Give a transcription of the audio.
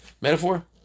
metaphor